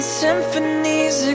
symphonies